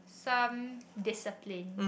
some discipline